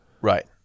Right